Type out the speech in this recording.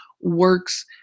works